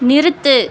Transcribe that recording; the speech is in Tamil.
நிறுத்து